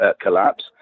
collapse